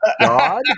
God